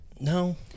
No